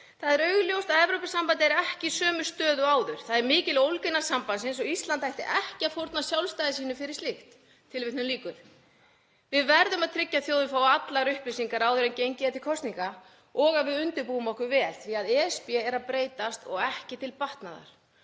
„Það er augljóst að Evrópusambandið er ekki í sömu stöðu og áður. Það er mikil ólga innan sambandsins og Ísland ætti ekki að fórna sjálfstæði sínu fyrir slíkt.“ Við verðum að tryggja að þjóðin fái allar upplýsingar áður en gengið er til kosninga og að við undirbúum okkur vel því að ESB er að breytast og ekki til batnaðar